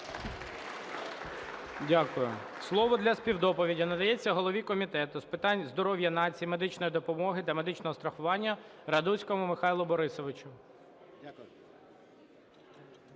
Дякую. Слово для співдоповіді надається голові Комітету з питань здоров'я нації, медичної допомоги та медичного страхування Радуцькому Михайлу Борисовичу.